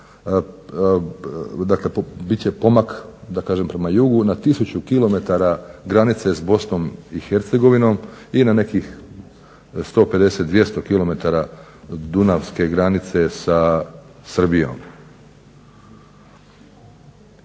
dakle bit će pomak da kažem prema jugu na 1000 kilometara granice sa Bosnom i Hercegovinom i na nekih 150, 200 kilometara dunavske granice sa Srbijom.